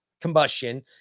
combustion